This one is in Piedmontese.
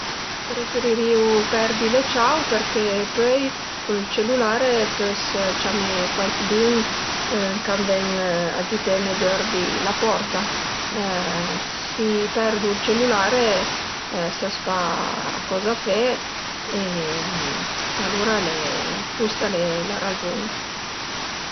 Preferirìu perdi le ciau përché pöi cun ël cellulare pös ciamé cuaicdün ch'a ven agiuüteme dörvi la porta. Si perdu ël cellulare s'as pa coza fe e alura custa al e la razun